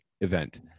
event